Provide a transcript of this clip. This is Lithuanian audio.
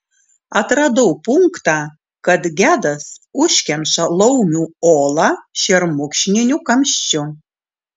atradau punktą kad gedas užkemša laumių olą šermukšniniu kamščiu